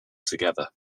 together